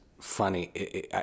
funny